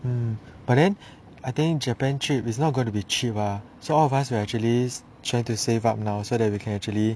um but then I think japan trip is not going to be cheap ah so all of us will actually trying to save up now so that we can actually